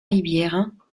rivières